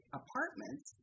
apartments